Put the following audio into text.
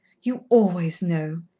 you always know,